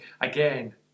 again